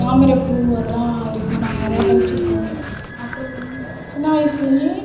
தாமரைப்பூ அதெல்லாம் இருக்கும் நாங்கள் நிறையா பறிச்சிருக்கோம் அப்புறம் சின்ன வயதுலயே